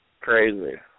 crazy